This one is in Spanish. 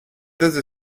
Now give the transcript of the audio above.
desde